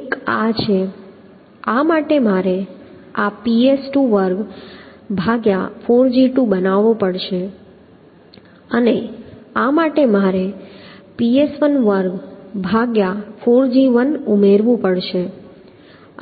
એક આ છે આ માટે મારે આ Ps224g2 બનાવવો પડશે અને આ માટે મારે Ps124g1 ઉમેરવું પડશે